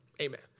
Amen